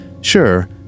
Sure